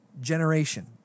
generation